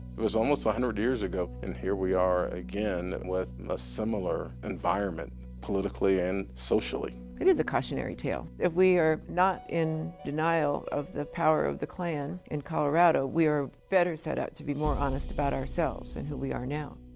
it was almost one hundred years ago, and here we are again with a similar environment, politically and socially. it is a cautionary tale. if we are not in denial of the power of the klan in colorado, we are better set out to be more honest about ourselves and who we are now.